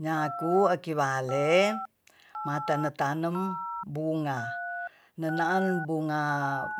Nyaku ekibale matane tanem bunga nenaan bunga